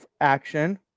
action